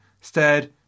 stared